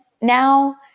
now